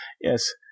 yes